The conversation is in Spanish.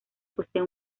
posee